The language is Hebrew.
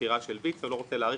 עתירה של ויצ"ו אני לא רוצה להאריך,